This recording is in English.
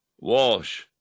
Walsh